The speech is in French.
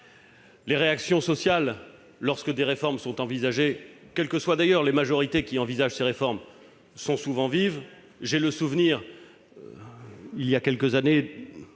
les réactions sociales, lorsque des réformes sont envisagées, quelles que soient d'ailleurs les majorités qui envisagent ces réformes, sont souvent vives. J'ai le souvenir, il y a quelques années,